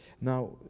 Now